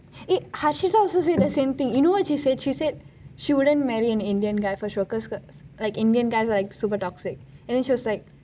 geh hashita also said the same thing you know what she said she said she wouldn't marry an indian guy for sure because like indian guys are like super toxic and then she was lik